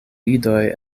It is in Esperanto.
idoj